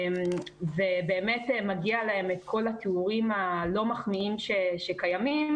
ובאמת מגיע להם את כל התיאורים הלא מחמיאים שקיימים.